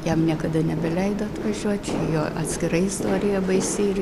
jam niekada nebeleido atvažiuot čia jo atskira istorija baisi ir